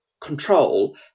control